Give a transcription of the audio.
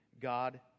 God